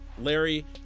Larry